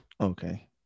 Okay